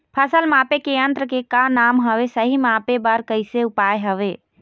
फसल मापे के यन्त्र के का नाम हवे, सही मापे बार कैसे उपाय हवे?